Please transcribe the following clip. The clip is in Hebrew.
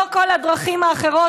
לא כל הדרכים האחרות,